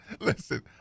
listen